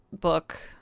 book